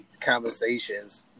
conversations